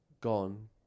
gone